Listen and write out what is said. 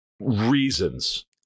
reasons